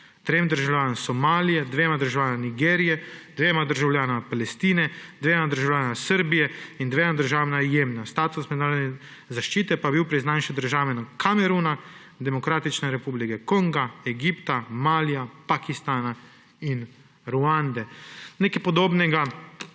3 so državljani Somalije, 2 sta državljana Nigerije, 2 državljana Palestine, 2 državljana Srbije in 2 sta državljana Jemna. Status mednarodne zaščite pa je bil priznan še državljanom Kameruna, Demokratične republike Konga, Egipta, Malija, Pakistana in Ruande. Nekaj podobnega